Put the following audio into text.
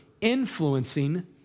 influencing